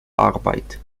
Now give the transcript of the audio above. arbeit